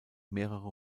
mehrere